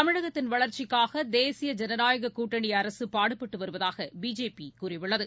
தமிழகத்தின் வளர்ச்சிக்காகதேசிய ஜனநாயககூட்டணிபாடுபட்டுவருவதாகபிஜேபிகூறியுள்ளது